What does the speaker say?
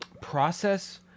process